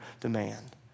demand